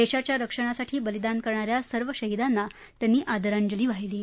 देशाच्या रक्षणासाठी बलिदान करणा या सर्व शहीदांना त्यांनी आदरांजली वाहिली आहे